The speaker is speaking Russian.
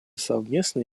совместной